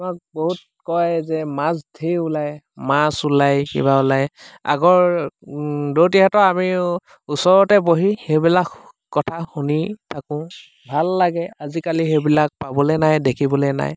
আমাক বহুত কয় যে মাছ ঢেৰ ওলায় মাছ ওলায় কিবা ওলায় আগৰ দৌতিহঁতৰ আমি ওচৰতে বহি সেইবিলাক কথা শুনি থাকোঁ ভাল লাগে আজিকালি সেইবিলাক পাবলৈ নাই দেখিবলৈ নাই